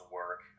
work